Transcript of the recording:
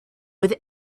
with